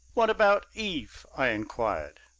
what about eve? i inquired.